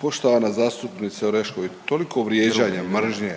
Poštovana zastupnice Orešković toliko vrijeđanja, mržnje